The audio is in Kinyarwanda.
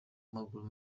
maguru